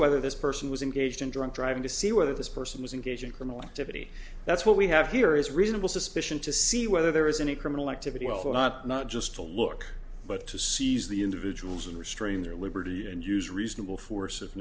whether this person was engaged in drunk driving to see whether this person was engaged in criminal activity that's what we have here is reasonable suspicion to see whether there is any criminal activity well or not not just to look but to seize the individuals and restrain their liberty and use reasonable force if